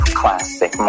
classic